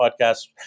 Podcast